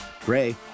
Gray